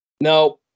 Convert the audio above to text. Now